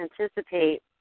anticipate